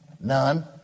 None